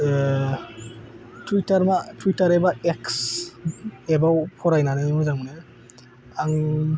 Twitter मा Twitter एबा X एपआव फरायनानै मोजां मोनो आं